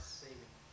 saving